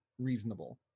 reasonable